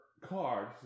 card